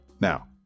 Now